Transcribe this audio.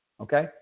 Okay